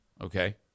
Okay